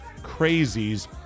crazies